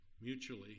mutually